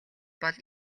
бол